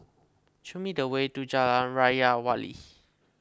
show me the way to Jalan Raja Wali